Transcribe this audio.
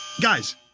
Guys